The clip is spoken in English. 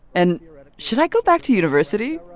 and should i go back to university?